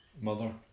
Mother